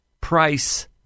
price